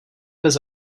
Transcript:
bez